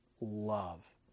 love